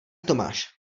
tomáš